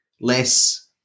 less